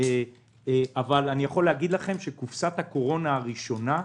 אבל אני יכול להגיד לכם שקופסת הקורונה הראשונה,